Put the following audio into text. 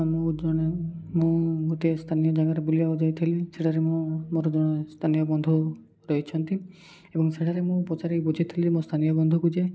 ହଁ ମୁଁ ଜଣେ ମୁଁ ଗୋଟିଏ ସ୍ଥାନୀୟ ଜାଗାରେ ବୁଲିବାକୁ ଯାଇଥିଲି ସେଠାରେ ମୁଁ ମୋର ଜଣେ ସ୍ଥାନୀୟ ବନ୍ଧୁ ରହିଛନ୍ତି ଏବଂ ସେଠାରେ ମୁଁ ପଚାରିକି ବୁଝିଥିଲି ମୋ ସ୍ଥାନୀୟ ବନ୍ଧୁକୁ ଯେ